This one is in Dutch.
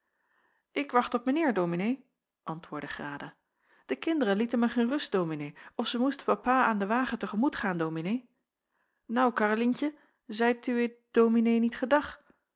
ik wacht op meneer dominee antwoordde grada de kinderen lieten mij geen rust dominee of zij moesten papa aan den wagen te gemoet gaan dominee nou karrelientje zeit uwee dominee niet gendag